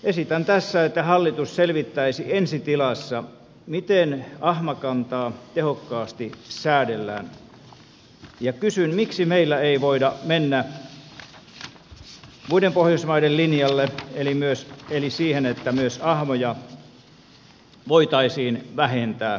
esitän tässä että hallitus selvittäisi ensi tilassa miten ahmakantaa tehokkaasti säädellään ja kysyn miksi meillä ei voida mennä muiden pohjoismaiden linjalle eli siihen että myös ahmoja voitaisiin vähentää metsästäen